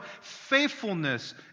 faithfulness